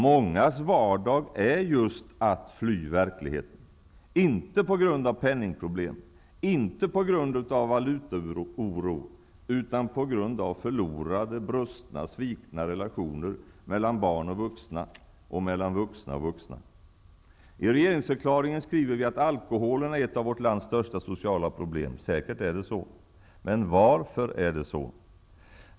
Mångas vardag är just att fly verkligheten, inte på grund av penningproblem, inte på grund av valutaoro, utan på grund av förlorade, brustna, svikna relationer mellan barn och vuxna, mellan vuxna och vuxna. I regeringsförklaringen skriver vi att alkoholen är ett av vårt lands största sociala problem. Säkert är det så. Men varför är det så?